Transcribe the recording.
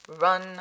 run